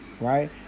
right